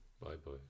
Bye-bye